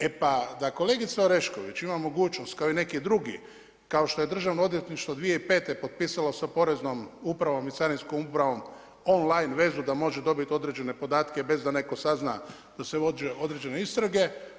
E pada da kolegica Orešković ima mogućnost kao i neki drugi, kao što je državno odvjetništvo 2005. potpisalo sa poreznom upravo i Carinskom upravom on line vezu da može dobiti određene podatke bez da netko sazna da se vode određene istrage.